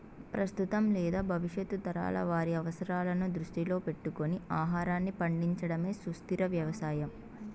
ప్రస్తుతం లేదా భవిష్యత్తు తరాల వారి అవసరాలను దృష్టిలో పెట్టుకొని ఆహారాన్ని పండించడమే సుస్థిర వ్యవసాయం